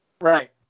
Right